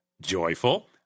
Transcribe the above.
Joyful